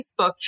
Facebook